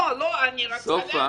לא, לא, אני רוצה להבין.